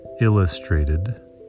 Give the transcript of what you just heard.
Illustrated